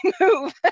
move